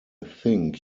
think